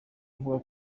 avuga